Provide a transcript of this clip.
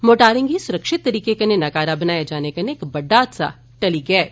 मोर्टारें गी सुरक्षित तरीके कन्नै नकारा बनाए जाने कन्नै इक बड्डी हादसा टली गेया ऐ